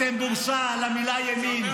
אתם בושה למילה ימין.